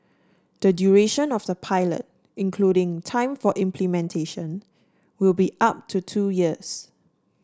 the duration of the pilot including time for implementation will be up to two years